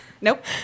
Nope